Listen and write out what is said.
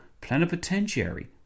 plenipotentiary